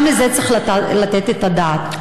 גם לזה צריך לתת את הדעת.